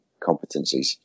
competencies